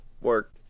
work